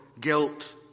guilt